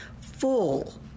full